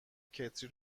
کتری